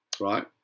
Right